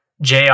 JR